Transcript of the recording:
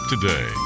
Today